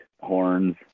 horns